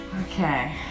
Okay